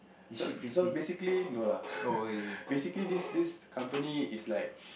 so so basically no lah basically this this company is like